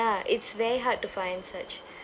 it's very hard to find such